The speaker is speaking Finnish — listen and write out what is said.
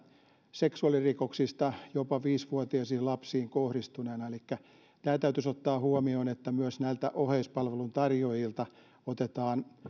seksuaalirikoksista jotka olivat kohdistuneet jopa viisi vuotiaisiin lapsiin elikkä tämä täytyisi ottaa huomioon että myös näiltä oheispalvelun tarjoajilta otetaan